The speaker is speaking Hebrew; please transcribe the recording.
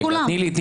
אני מכבדת את כולם.